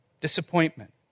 disappointment